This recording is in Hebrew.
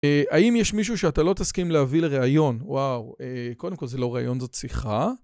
האם יש מישהו שאתה לא תסכים להביא לראיון? וואו, קודם כל זה לא ראיון, זאת שיחה.